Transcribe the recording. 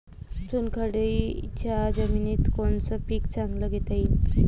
चुनखडीच्या जमीनीत कोनतं पीक चांगलं घेता येईन?